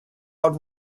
out